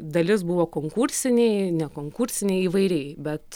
dalis buvo konkursiniai nekonkursiniai įvairiai bet